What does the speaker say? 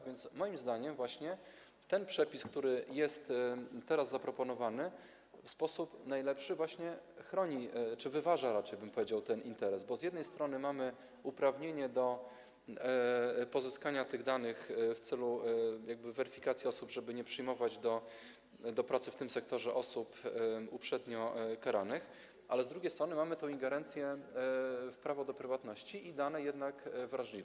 A więc moim zdaniem właśnie ten przepis, który jest teraz zaproponowany, w sposób najlepszy chroni czy raczej wyważa, bym powiedział, ten interes, bo z jednej strony mamy uprawnienie do pozyskania tych danych w celu weryfikacji osób, żeby nie przyjmować do pracy w tym sektorze osób uprzednio karanych, a z drugiej strony mamy tu ingerencję w prawo do prywatności i dane jednak wrażliwe.